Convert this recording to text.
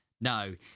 No